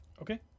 Okay